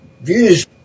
Views